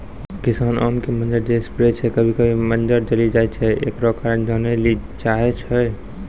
किसान आम के मंजर जे स्प्रे छैय कभी कभी मंजर जली जाय छैय, एकरो कारण जाने ली चाहेय छैय?